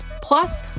Plus